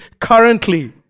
currently